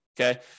okay